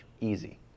easy